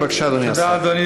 בבקשה, אדוני